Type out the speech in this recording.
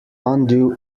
undo